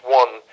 one